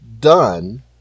done